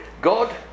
God